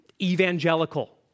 evangelical